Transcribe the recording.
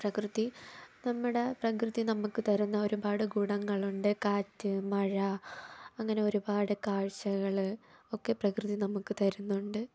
പ്രകൃതി നമ്മുടെ പ്രകൃതി നമുക്ക് തരുന്ന ഒരുപാട് ഗുണങ്ങളുണ്ട് കാറ്റ് മഴ അങ്ങനെ ഒരുപാട് കാഴ്ചകൾ ഒക്കെ പ്രകൃതി നമുക്ക് തരുന്നുണ്ട്